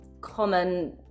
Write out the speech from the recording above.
common